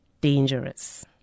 dangerous